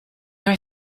are